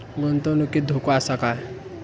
गुंतवणुकीत धोको आसा काय?